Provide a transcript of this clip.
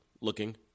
looking